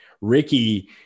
Ricky